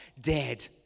dead